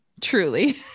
truly